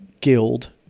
guild